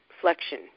flexion